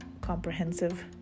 comprehensive